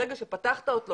ברגע שפתחת אותו,